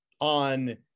on